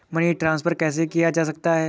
Money transfer कैसे किया जा सकता है?